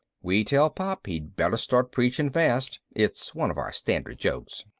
we tell pop he'd better start preaching fast it's one of our standard jokes.